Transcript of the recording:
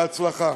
בהצלחה.